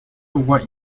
what